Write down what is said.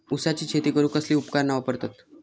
ऊसाची शेती करूक कसली उपकरणा वापरतत?